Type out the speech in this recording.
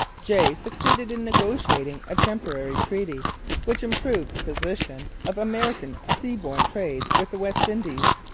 jay succeeded in negotiating a temporary treaty which improved the position of american sea-borne trade with the west indies.